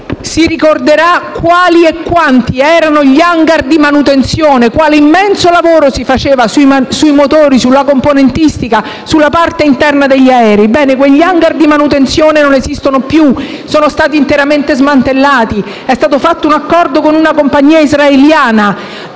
si ricorderà quali e quanti erano gli *hangar* di manutenzione, quale immenso lavoro si faceva sui motori, sulla componentistica e sulla parte interna degli aerei. Bene, quegli *hangar* di manutenzione non esistono più, sono stati interamente smantellati. È stato fatto un accordo con una compagnia israeliana.